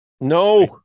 No